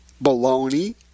bologna